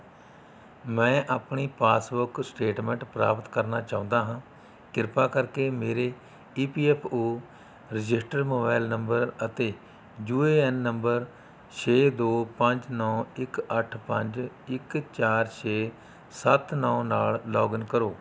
ਮੈਂ ਆਪਣੀ passbook statement ਪ੍ਰਾਪਤ ਕਰਨਾ ਚਾਹੁੰਦਾ ਹਾਂ ਕਿਰਪਾ ਕਰਕੇ ਮੇਰੇ E P F O registered mobile number ਅਤੇ ਯੂ ਏ ਐੱਨ ਨੰਬਰ ਛੇ ਦੋ ਪੰਜ ਨੌ ਇੱਕ ਅੱਠ ਪੰਜ ਇੱਕ ਚਾਰ ਛੇ ਸੱਤ ਨੌ ਨਾਲ ਲੌਗਇਨ ਕਰੋ